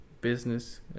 business